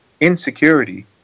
insecurity